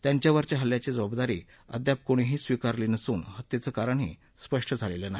त्यांच्यावरच्या हल्ल्याची जबाबदारी अद्याप कोणीही स्वीकारली नसून हत्येचं कारणही स्पष्ट झालेलं नाही